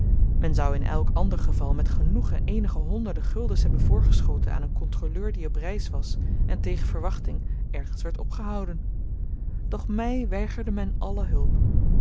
men zou in elk ander geval met genoegen eenige honderden guldens hebben voorgeschoten aan een kontroleur die op reis was en tegen verwachting ergens werd opgehouden doch my weigerde men alle hulp